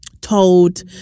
told